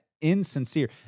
insincere